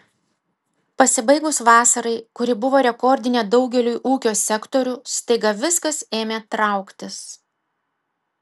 pasibaigus vasarai kuri buvo rekordinė daugeliui ūkio sektorių staiga viskas ėmė trauktis